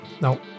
No